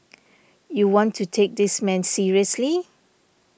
you want to take this man seriously